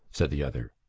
said the other.